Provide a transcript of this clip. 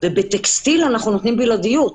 ובטקסטיל אנחנו נותנים בלעדיות.